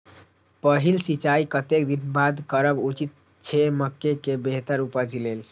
पहिल सिंचाई कतेक दिन बाद करब उचित छे मके के बेहतर उपज लेल?